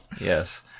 Yes